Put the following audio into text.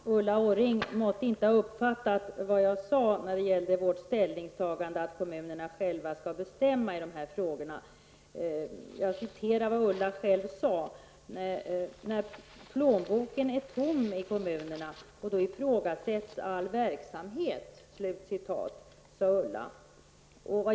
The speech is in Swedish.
Herr talman! Ulla Orring måtte inte ha uppfattat att jag sade att vårt ställningstagande var att kommunerna själva skall bestämma i dessa frågor. Jag citerade vad Ulla Orring själv sade, nämligen: När plånboken är tom i kommunerna ifrågasätts all verksamhet.